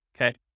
okay